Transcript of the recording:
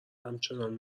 همچنان